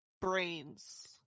brains